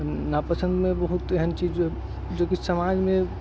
नापसन्द मे बहुत एहन चीज जोकि समाज मे